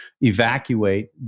evacuate